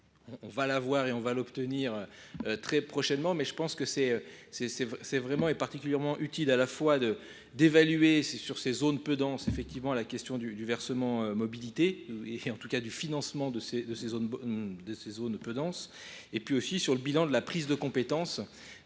On va l'avoir et on va l'obtenir très prochainement mais je pense que c'est C'est vraiment et particulièrement utile à la fois d'évaluer sur ces zones Pede effectivement, la question du versement mobilité et, en tout cas, du financement de ces de ces zones, de ces zones peu dense et aussi sur le bilan de la prise de compétences.